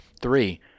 Three